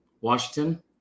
Washington